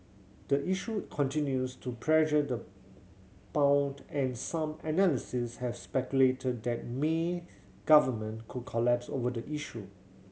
the issue continues to pressure the pound and some analyst have speculated that May government could collapse over the issue